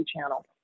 channel